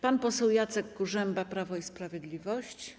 Pan poseł Jacek Kurzępa, Prawo i Sprawiedliwość.